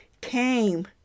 came